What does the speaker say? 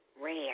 rare